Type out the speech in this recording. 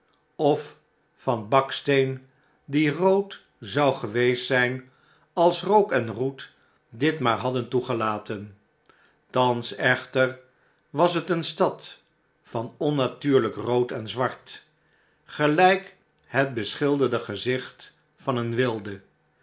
of van baksteen die rood zou geweest zijn als rook en roet dit maar hadden toegelaten thans echter was het eene stad van onnatuurlijk rood en zwart gelijk het beschilderde gezicht van een wilde